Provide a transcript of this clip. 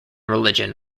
religion